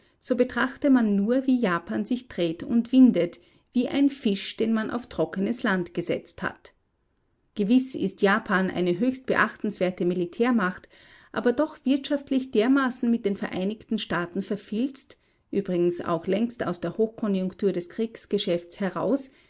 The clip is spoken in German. so betrachte man nur wie japan sich dreht und windet wie ein fisch den man auf trockenes land gesetzt hat gewiß ist japan eine höchst beachtenswerte militärmacht aber doch wirtschaftlich dermaßen mit den vereinigten staaten verfilzt übrigens auch längst aus der hochkonjunktur des kriegsgeschäfts heraus